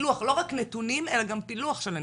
לא רק נתונים אלא גם פילוח של הנתונים?